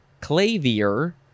clavier